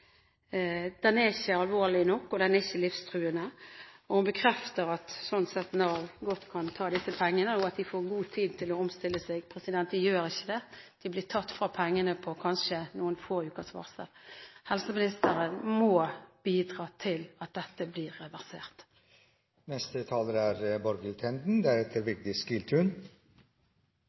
Den er ikke alvorlig nok, og den er ikke livstruende, og hun bekrefter at Nav godt kan ta disse pengene, og at familien får god tid til å omstille seg. De gjør ikke det. Pengene blir tatt fra dem på kanskje noen få ukers varsel. Helseministeren må bidra til at dette blir reversert.